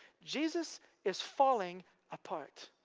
jesus is falling apart.